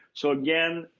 so. again,